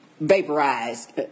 vaporized